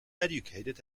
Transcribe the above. educated